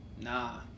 nah